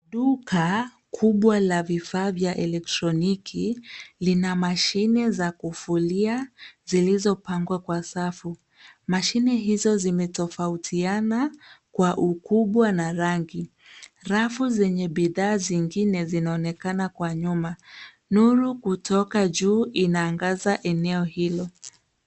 Duka kubwa la vifaa vya elektroniki lina mashine za kufulia zilizopangwa kwa safu. Mashine hizo zimetofautiana kwa ukubwa na rangi. Rafu zenye bidhaa zingine zinaonekana kwa nyuma. Nuru kutoka juu inaangaza eneo hilo.